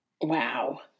Wow